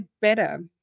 better